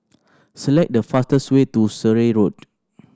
select the fastest way to Surrey Road